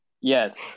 Yes